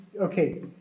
okay